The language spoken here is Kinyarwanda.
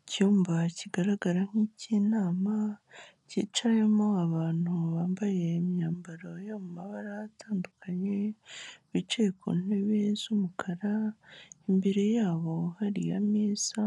Icyumba kigaragara nk'icy'inama, kicayemo abantu bambaye imyambaro y'amabara atandukanye, bicaye ku ntebe z'umukara, imbere yabo hari ameza